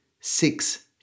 six